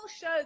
show